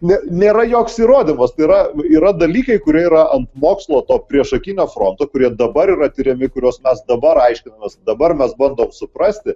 ne nėra joks įrodymas tai yra yra dalykai kurie yra ant mokslo to priešakinio fronto kurie dabar yra tiriami kuriuos mes dabar aiškinamės dabar mes bandom suprasti